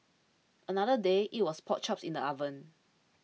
another day it was pork chops in the oven